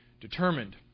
determined